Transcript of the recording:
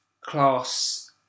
class